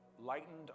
lightened